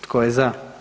Tko je za?